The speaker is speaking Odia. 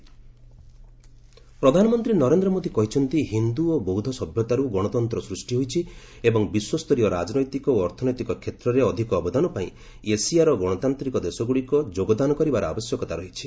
ସମ୍ବାଦ ମୋଦି ପ୍ରଧାନମନ୍ତ୍ରୀ ନରେନ୍ଦ୍ର ମୋଦି କହିଛନ୍ତି ହିନ୍ଦୁ ଓ ବୌଦ୍ଧ ସଭ୍ୟତାରୁ ଗଣତନ୍ତ୍ର ସୃଷ୍ଟି ହୋଇଛି ଏବଂ ବିଶ୍ୱସ୍ତରୀୟ ରାଜନୈତିକ ଓ ଅର୍ଥନୈତିକ କ୍ଷେତ୍ରରେ ଅଧିକ ଅବଦାନ ପାଇଁ ଏସିଆର ଗଣତାନ୍ତିକ ଦେଶଗୁଡ଼ିକ ଯୋଗାଦାନ କରିବାର ଆବଶ୍ୟକତା ରହିଛି